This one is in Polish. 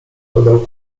dodał